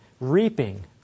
reaping